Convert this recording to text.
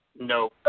No